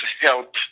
help